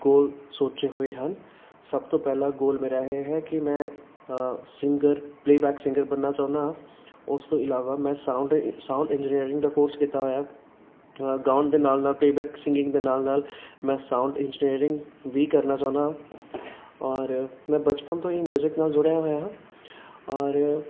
ਗੋਲ ਸੋਚੇ ਹੋਏ ਹਨ ਸਭ ਤੋਂ ਪਹਿਲਾ ਗੋਲ ਮੇਰਾ ਇਹ ਹੈ ਕਿ ਮੈਂ ਸਿੰਗਰ ਪਲੇਬੈੱਕ ਸਿੰਗਰ ਬਣਨਾ ਚਾਹੁੰਦਾ ਹਾਂ ਉਸ ਤੋਂ ਇਲਾਵਾ ਮੈਂ ਸਾਊਂਡ ਸਾਊਂਡ ਇੰਜਰੀਅਰਿੰਗ ਦਾ ਕੋਰਸ ਕੀਤਾ ਹੋਇਆ ਹੈ ਗਾਉਣ ਦੇ ਨਾਲ ਨਾਲ ਪੇਬੈੱਕ ਸਿੰਗਿੰਗ ਦੇ ਨਾਲ ਨਾਲ ਮੈਂ ਸਾਊਂਡ ਇੰਜਰੀਅਰਿੰਗ ਵੀ ਕਰਨਾ ਚਾਹੁੰਦਾ ਔਰ ਮੈਂ ਬਚਪਨ ਤੋਂ ਹੀ ਮਿਊਜ਼ਿਕ ਨਾਲ ਜੁੜਿਆ ਹੋਇਆ ਹਾਂ ਔਰ